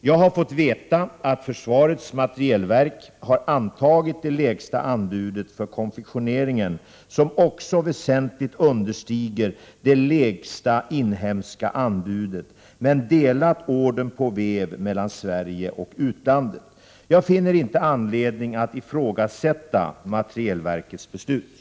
Jag har fått veta att försvarets materielverk har antagit det lägsta anbudet för konfektioneringen som också väsentligt understiger det lägsta inhemska anbudet men delat ordern på väv mellan Sverige och utlandet. Jag finner inte anledning att ifrågasätta materielverkets beslut.